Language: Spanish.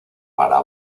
para